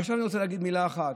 עכשיו אני רוצה להגיד מילה אחת,